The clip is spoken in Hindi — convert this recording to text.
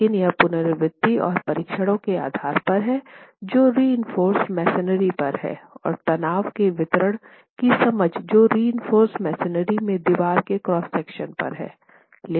लेकिन यह पुनरावृति और परीक्षणों के आधार पर हैं जो रिइंफोर्सड मसोनरी पर हैं और तनाव के वितरण की समझ जो रिइंफोर्सड मसोनरी में दीवार के क्रॉस सेक्शन पर है